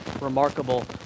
remarkable